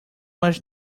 mais